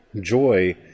joy